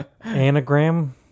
anagram